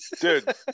Dude